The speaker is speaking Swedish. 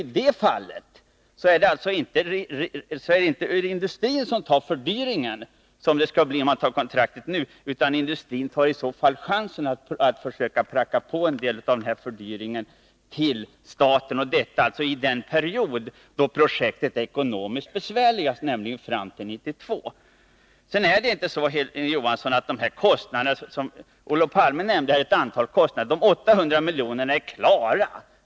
I det fallet är det alltså inte industrin som tar fördyringen, som det skulle bli enligt det nuvarande kontraktet, utan industrin tar i så fall chansen att pracka på staten en del av fördyringen och detta under den period då projektet är ekonomiskt besvärligast, nämligen fram till 1992. Sedan är det så, Hilding Johansson, att kostnaderna som Olof Palme nämnde i stor utsträckning bygger på antaganden. De 800 miljonerna är klara.